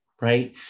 right